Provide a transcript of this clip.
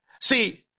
See